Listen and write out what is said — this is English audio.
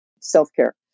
self-care